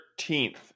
13th